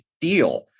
deal